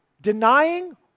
denying